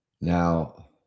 now